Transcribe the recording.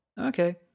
Okay